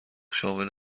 شامل